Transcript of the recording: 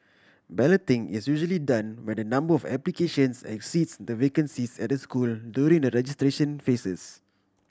balloting is usually done when the number of applications exceeds the vacancies at a school during the registration phases